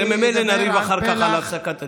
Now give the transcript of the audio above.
הרי ממילא נריב אחר כך על הפסקת הדיבור.